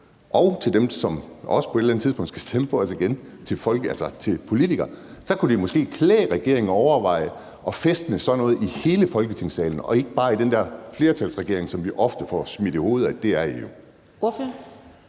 og til dem, som også på et eller andet tidspunkt skal stemme på os igen som politikere. Der kunne det måske klæde regeringen at overveje at fæstne sådan noget i hele Folketingssalen og ikke bare i den der flertalsregering, som vi ofte får smidt i hovedet at I jo er.